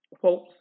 quotes